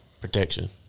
protection